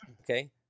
Okay